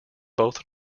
both